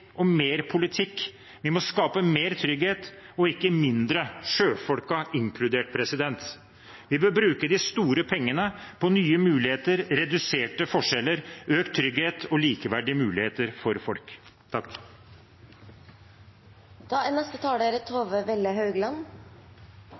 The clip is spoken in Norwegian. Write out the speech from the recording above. og mer politikk. Vi må skape mer trygghet og ikke mindre, for sjølfolkene inkludert. Vi bør bruke de store pengene på nye muligheter, reduserte forskjeller, økt trygghet og likeverdige muligheter for folk. Norge er